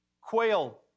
quail